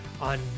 on